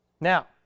Now